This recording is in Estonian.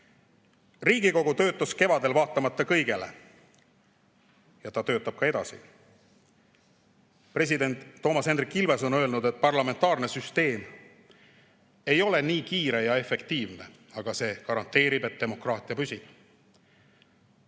Riigikogu töötas kevadel vaatamata kõigele, ja ta töötab ka edasi. President Toomas Hendrik Ilves on öelnud, et parlamentaarne süsteem ei ole nii kiire ja efektiivne, aga see garanteerib, et demokraatia püsib.